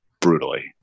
brutally